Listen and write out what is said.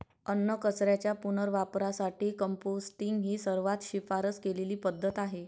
अन्नकचऱ्याच्या पुनर्वापरासाठी कंपोस्टिंग ही सर्वात शिफारस केलेली पद्धत आहे